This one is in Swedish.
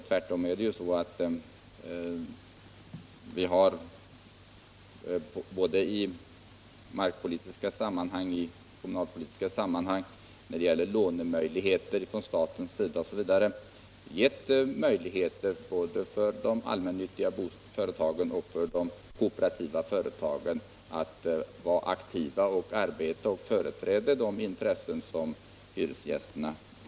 Tvärtom är det ju så att vi både i markpolitiska och kommunalpolitiska sammanhang samt när det gäller lånemöjligheter från statens sida har möjliggjort både för de allmännyttiga företagen och för de kooperativa företagen att vara aktiva och arbeta för att företräda hyresgästernas intressen.